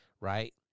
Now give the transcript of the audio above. right